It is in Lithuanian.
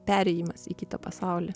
perėjimas į kitą pasaulį